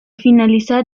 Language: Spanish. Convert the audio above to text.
finalizar